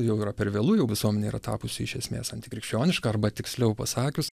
jau yra per vėlu jau visuomenė yra tapusi iš esmės antikrikščioniška arba tiksliau pasakius